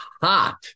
hot